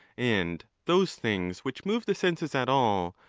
and those things which move the senses at all,